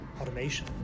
automation